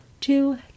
Two